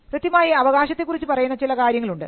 കൃത്യമായി അവകാശത്തെ കുറിച്ച് പറയുന്ന കാര്യങ്ങൾ ഉണ്ട്